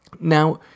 Now